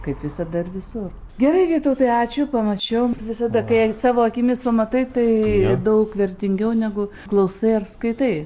kaip visada ir visur gerai vytautai ačiū pamačiau visada kai savo akimis pamatai tai daug vertingiau negu klausai ar skaitai